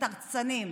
תרצנים.